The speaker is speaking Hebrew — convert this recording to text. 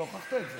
אתה הוכחת את זה.